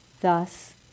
Thus